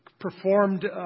Performed